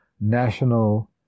national